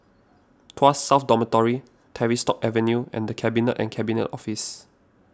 Tuas South Dormitory Tavistock Avenue and the Cabinet and Cabinet Office